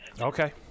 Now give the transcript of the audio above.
Okay